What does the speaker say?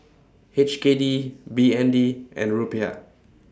H K D B N D and Rupiah